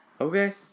Okay